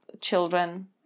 children